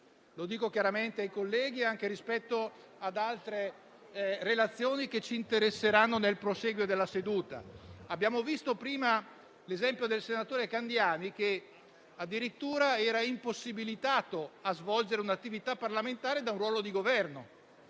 Lo dico chiaramente ai colleghi, anche rispetto ad altre relazioni che ci interesseranno nel prosieguo della seduta. Abbiamo visto prima l'esempio del senatore Candiani, che addirittura era impossibilitato a svolgere un'attività parlamentare dal suo ruolo di Governo.